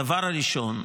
דבר ראשון,